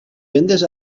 vendes